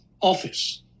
office